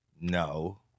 No